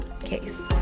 case